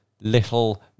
little